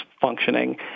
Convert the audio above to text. functioning